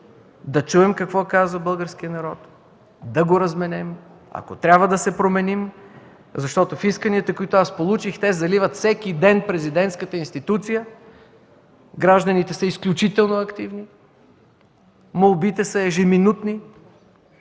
да чуем какво казва българският народ, да го разберем и ако трябва, да се променим. Защото с исканията, които получих, а те заливат всеки ден президентската институция, гражданите са изключително активни, молбите са ежеминутни,